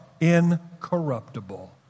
incorruptible